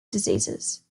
diseases